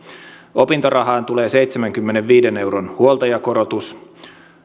opintorahaan tulee seitsemänkymmenenviiden euron huoltajakorotus